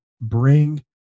bring